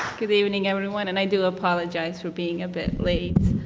good evening everyone, and i do apologize for being a bit late.